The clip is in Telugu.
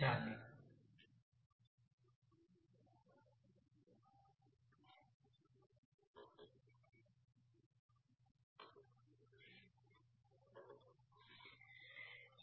ఈ సమస్యను పరిష్కరిద్దాం